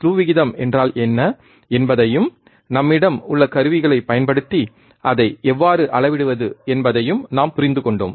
slew விகிதம் என்றால் என்ன என்பதையும் நம்மிடம் உள்ள கருவிகளைப் பயன்படுத்தி அதை எவ்வாறு அளவிடுவது என்பதையும் நாம் புரிந்துகொண்டோம்